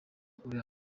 urambye